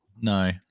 No